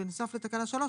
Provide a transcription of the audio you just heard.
בנוסף לתקנה 3,